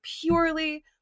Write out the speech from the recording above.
purely